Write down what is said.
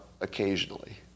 occasionally